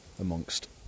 Amongst